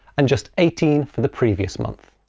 and just eighteen for the previous month.